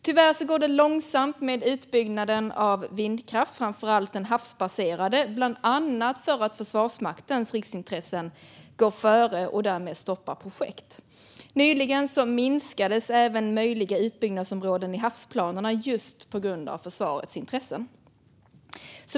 Tyvärr går det långsamt med utbyggnaden av vindkraft, framför allt den havsbaserade, bland annat för att Försvarsmaktens riksintressen går före och därmed stoppar projekt. Nyligen minskades även möjliga utbyggnadsområden i havsplanerna på grund av just försvarets intressen.